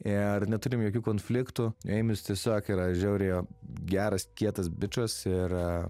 ir neturim jokių konfliktų eimis tiesiog yra žiauriai geras kietas bičas ir